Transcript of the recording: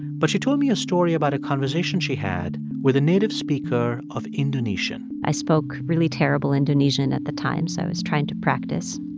but she told me a story about a conversation she had with a native speaker of indonesian i spoke really terrible indonesian at the time, so i was trying to practice.